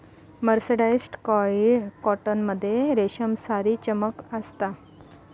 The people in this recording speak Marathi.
मर्सराईस्ड कॉटन मध्ये रेशमसारी चमक असता